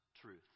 truth